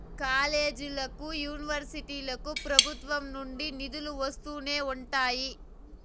కాలేజీలకి, యూనివర్సిటీలకు ప్రభుత్వం నుండి నిధులు వస్తూనే ఉంటాయి